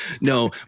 no